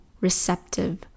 receptive